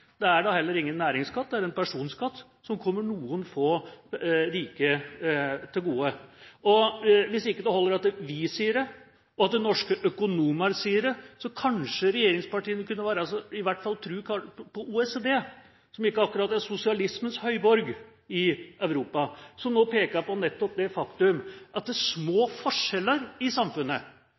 Det er da heller ingen næringsskatt – det er en personskatt, og kuttet kommer noen få rike til gode. Hvis det ikke holder at vi sier det, og at norske økonomer sier det, så kanskje regjeringspartiene i hvert fall kunne tro på OECD, som ikke akkurat er sosialismens høyborg i Europa, som nå peker på nettopp det faktum at små forskjeller i samfunnet